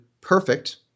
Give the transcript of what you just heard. perfect